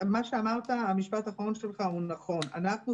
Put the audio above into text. הגיוס המדובר הוא סדר גודל של